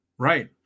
Right